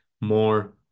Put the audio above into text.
more